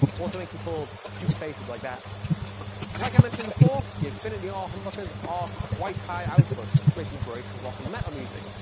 also makes you pull stupid faces like that like i mentioned before the infinity r humbuckers are quite high output which makes them great for rock and metal music.